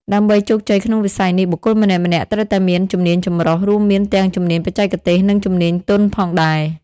ដើម្បីជោគជ័យក្នុងវិស័យនេះ បុគ្គលម្នាក់ៗត្រូវតែមាន ជំនាញចម្រុះ រួមមានទាំងជំនាញបច្ចេកទេស និងជំនាញទន់ផងដែរ។